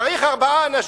וצריך ארבעה אנשים.